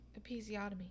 Episiotomy